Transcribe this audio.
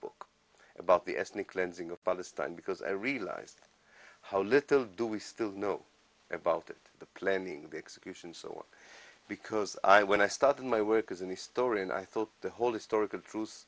book about the ethnic cleansing of palestine because i realized how little do we still know about it the planning the execution so on because i when i started my work as an historian i thought the whole historical